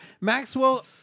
Maxwell